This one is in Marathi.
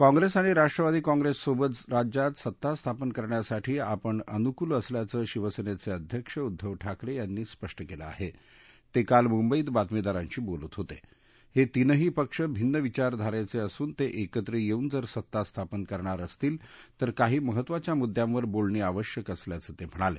काँप्रेस आणि राष्ट्रवादी काँप्रेससोबत राज्यात सत्ता स्थापन करण्यासठी आपण अनुकूल असल्याचं शिवसेनच्च अध्यक्ष उद्धव ठाकरे यांनी स्पष्ट क्लिखाहक्रिकिलि मुर्खत बक्रिमीदर्शा बोलत होता हे तीनही पक्ष भिन्न विचारधारेचे असून ते एकत्र येऊन जर सत्ता स्थापन करणार असतील तर काही महत्वाच्या मुद्यांवर बोलणी आवश्यक असल्याचं ते म्हणाले